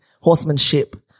horsemanship